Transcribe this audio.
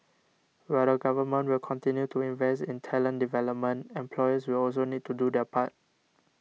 while the Government will continue to invest in talent development employers will also need to do their part